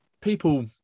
people